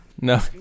No